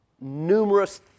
numerous